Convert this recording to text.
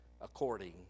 according